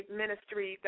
ministry